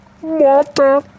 water